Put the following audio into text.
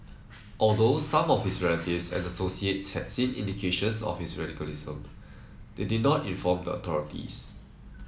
although some of his relatives and associates had seen indications of his radicalism they did not inform the authorities